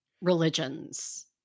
religions